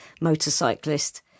motorcyclist